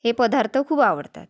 हे पदार्थ खूप आवडतात